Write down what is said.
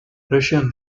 russian